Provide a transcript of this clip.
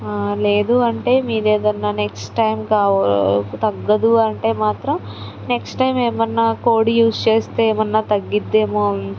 లేదు అంటే మీ దగ్గరన నెక్స్ట్ టైం తగ్గదు అంటే మాత్రం నెక్స్ట్ టైం ఏమైనా కోడ్ యూస్ చేస్తే ఏమైనా తగ్గుతుంది ఏమో అని